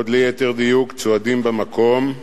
עוד ליתר דיוק, צועדים במקום,